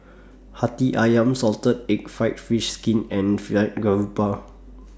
Hati Ayam Salted Egg Fried Fish Skin and Fried Garoupa